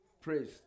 Praise